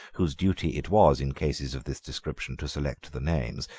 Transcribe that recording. whose duty it was, in cases of this description, to select the names,